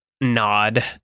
nod